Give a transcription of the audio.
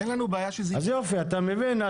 אתה מבין?